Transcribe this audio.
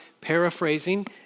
paraphrasing